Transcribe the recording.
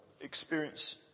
experience